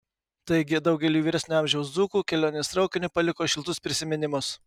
taigi daugeliui vyresnio amžiaus dzūkų kelionės traukiniu paliko šiltus prisiminimus